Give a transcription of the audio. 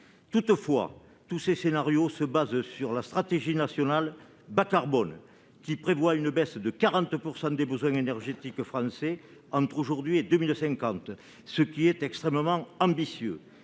Toutefois, ces scénarios se fondent sur la stratégie nationale bas-carbone, laquelle prévoit une baisse de 40 % des besoins énergétiques français entre aujourd'hui et 2050, ce qui apparaît comme extrêmement ambitieux.